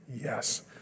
Yes